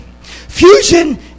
Fusion